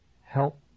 help